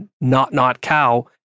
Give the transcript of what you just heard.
not-not-cow